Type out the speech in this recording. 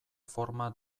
forma